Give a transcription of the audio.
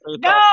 No